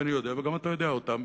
ואני יודע וגם אתה יודע אותם,